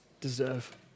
deserve